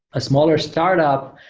a smaller startup,